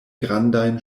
grandajn